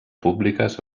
públiques